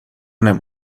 نمی